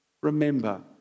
remember